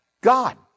God